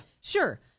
sure